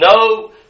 no